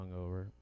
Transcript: hungover